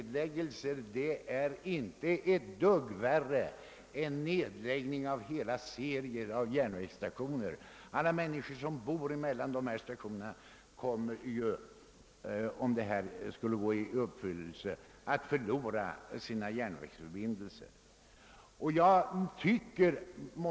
Nedläggning av en järnväg är inte ett dugg värre än nedläggning av en serie av järnvägsstationer; alla de människor som bor omkring dessa stationer kommer att förlora sina järnvägsförbindelser.